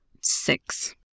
six